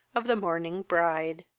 of the mourning bride.